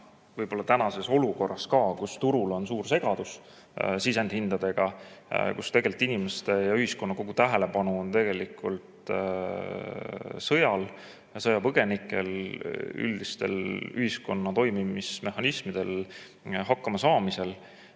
kurb, et tänases olukorras, kus turul on suur segadus sisendhindadega, kus inimeste ja ühiskonna kogu tähelepanu on sõjal, sõjapõgenikel, üldistel ühiskonna toimimismehhanismidel, hakkamasaamisel,